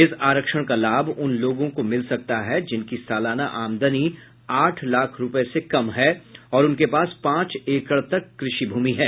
इस आरक्षण का लाभ उन लोगों को मिल सकता है जिनकी सालाना आमदनी आठ लाख रुपये से कम है और उनके पास पांच एकड़ तक कृषि भूमि है